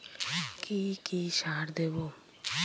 কি কি সার দেবো?